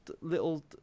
little